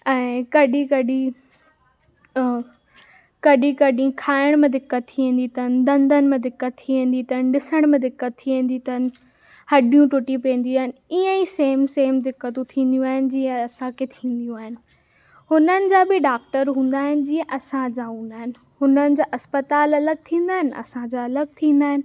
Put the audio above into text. ऐं कॾहिं कॾहिं अ कॾहिं कॾहिं खाइण में दिक़त थीं ईंदी अथनि ॾंदनि में दिक़त थींदी अथनि ॾिसण में दिक़त थींदी अथनि हॾियूं टुटी पवंदियूं आहिनि इअं ई सेम सेम दिक़तूं थींदियूं आहिनि जीअं असांखे थींदियूं आहिनि हुननि जा बि डॉक्टर हूंदा आहिनि जीअं असांजा हूंदा आहिनि हुननि जा अस्पताल अलॻि थींंदा आहिनि असांजा अलॻि थींदा आहिनि